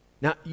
Now